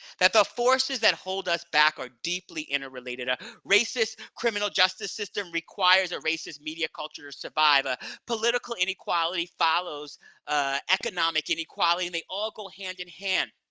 that the forces that hold us back are deeply interrelated, a racist criminal justice system requires a racist media culture to survive, a political inequality follows economic inequality, and they all go hand in hand.